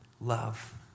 love